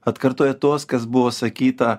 atkartoja tuos kas buvo sakyta